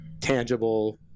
Tangible